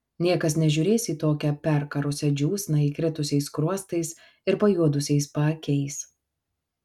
niekas nežiūrės į tokią perkarusią džiūsną įkritusiais skruostais ir pajuodusiais paakiais